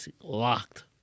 locked